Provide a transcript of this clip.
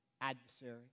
adversary